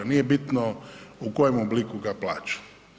Nije bitno u kojem obliku ga plaća.